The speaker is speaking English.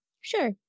Sure